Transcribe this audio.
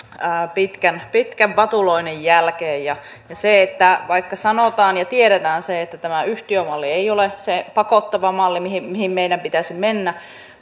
pitkän pitkän vatuloinnin jälkeen ja vaikka sanotaan ja tiedetään se että tämä yhtiömalli ei ole pakottava malli mihin meidän pitäisi mennä